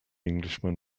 englishman